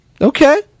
okay